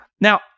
Now